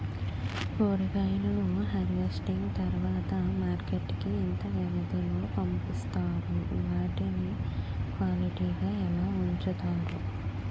కూరగాయలను హార్వెస్టింగ్ తర్వాత మార్కెట్ కి ఇంత వ్యవది లొ పంపిస్తారు? వాటిని క్వాలిటీ గా ఎలా వుంచుతారు?